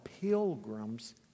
pilgrims